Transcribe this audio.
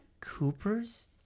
Cooper's